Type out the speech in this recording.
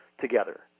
together